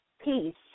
peace